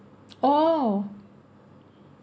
oh